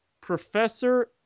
Professor